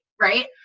Right